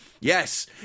Yes